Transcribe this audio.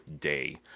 Day